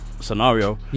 scenario